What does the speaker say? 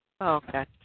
Okay